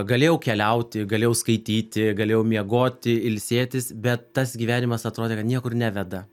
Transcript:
galėjau keliauti galėjau skaityti galėjau miegoti ilsėtis bet tas gyvenimas atrodė kad niekur neveda